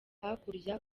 hakurya